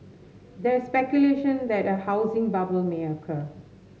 there is speculation that a housing bubble may occur